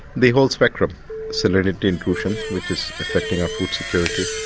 the whole spectrum salinity intrusion, which is affecting our food security,